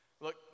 Look